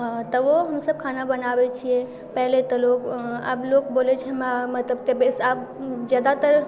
तबो हमसब खाना बनाबै छिए पहिलेके लोक आब लोक बोले छै हमरा मतलब तऽ बेस आब ज्यादातर